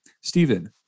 Stephen